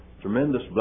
Tremendous